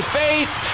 face